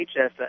HSA